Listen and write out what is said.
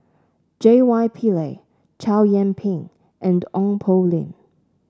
J Y Pillay Chow Yian Ping and Ong Poh Lim